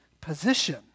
position